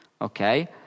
Okay